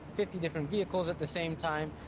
fifty different vehicles at the same time,